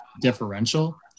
differential